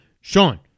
Sean